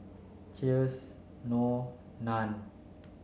Cheers Knorr Nan